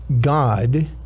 God